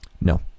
No